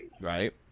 Right